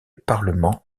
parlement